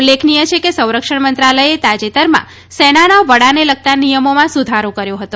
ઉલ્લેખનીય છે કે સંરક્ષણ મંત્રાલયે તાજેતરમાં સેનાના વડાને લગતા નિયમોમાં સુધારો કર્યો હતો